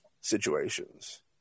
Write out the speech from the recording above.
situations